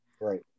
right